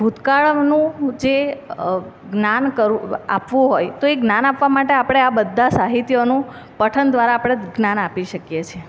ભૂતકાળનું જે જ્ઞાન આપવું હોય તો એ જ્ઞાન આપવા માટે આપણે આ બધાં સાહિત્યોનું પઠન દ્વારા આપણે જ્ઞાન આપી શકીએ છીએ